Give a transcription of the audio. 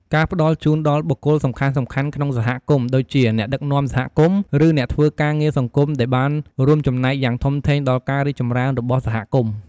ការផ្តល់ជូនដល់បុគ្គលសំខាន់ៗក្នុងសហគមន៍ ដូចជា អ្នកដឹកនាំសហគមន៍ ឬអ្នកធ្វើការងារសង្គមដែលបានរួមចំណែកយ៉ាងធំធេងដល់ការរីកចម្រើនរបស់សហគមន៍។